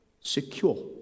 secure